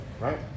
right